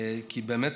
כי באמת,